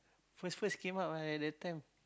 first first came out lah at that time